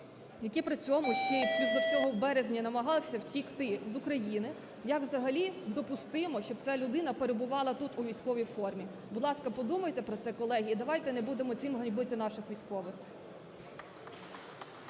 які при цьому ще й плюс до всього у березні намагалися втекти з України, як взагалі допустимо, щоб ця людина перебували тут у військовій формі? Будь ласка, подумайте про це, колеги. І давайте не будемо цим ганьбити наших військових.